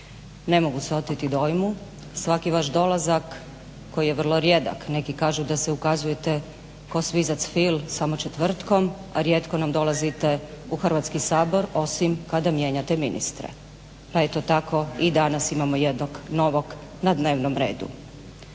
ne mogu se oteti dojmu. Svaki vaš dolazak koji je vrlo rijedak, neki kažu da se ukazujete ko svizac Fil samo četvrtkom, a rijetko nam dolazite u Hrvatski sabor osim kada mijenjate ministre. Pa evo tako i danas imamo jednog novog na dnevnom redu.